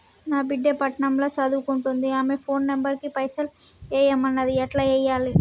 నా బిడ్డే పట్నం ల సదువుకుంటుంది ఆమె ఫోన్ నంబర్ కి పైసల్ ఎయ్యమన్నది ఎట్ల ఎయ్యాలి?